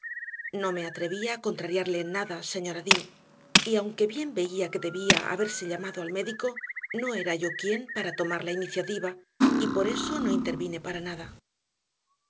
no me atrevía a contrariarle en nada señora dean y aunque bien veía que debía haberse llamado al médico no era yo quién para tomar la iniciativa y por eso no intervine para nada